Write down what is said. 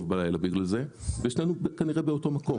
בלילה בגלל זה ושנינו כנראה באותו מקום.